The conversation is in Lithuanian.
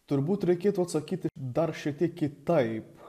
turbūt reikėtų atsakyti dar šiek tiek kitaip